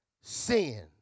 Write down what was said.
sin